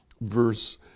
verse